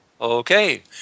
Okay